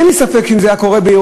אין לי ספק, אם זה היה קורה באירופה,